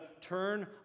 turn